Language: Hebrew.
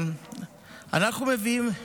כל הכבוד.